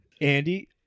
Andy